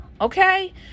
Okay